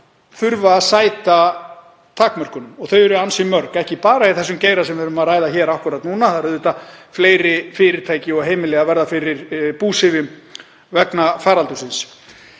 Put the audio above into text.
sem þurfa að sæta takmörkunum og þau eru ansi mörg, ekki bara í þeim geira sem við erum að ræða akkúrat núna heldur verða auðvitað fleiri fyrirtæki og heimili fyrir búsifjum vegna faraldursins.